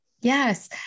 Yes